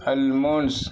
almonds